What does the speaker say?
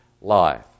life